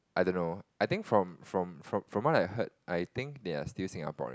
I don't know I think from from from what I heard I think they are still Singaporean